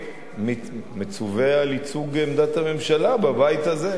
אני מצווה על ייצוג עמדת הממשלה בבית הזה.